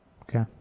Okay